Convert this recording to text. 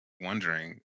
wondering